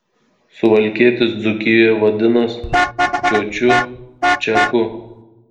suvalkietis dzūkijoj vadinas čiočiu čiaku